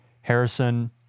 Harrison